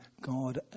God